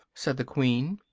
said the queen.